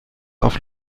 auf